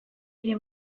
ere